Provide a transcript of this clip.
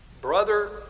brother